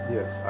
Yes